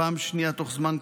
פעם שנייה בתוך זמן קצר.